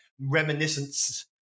reminiscence